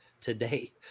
today